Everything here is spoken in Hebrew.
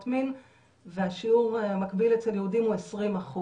מין והשיעור המקביל אצל יהודים הוא 20%,